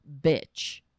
bitch